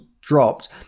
dropped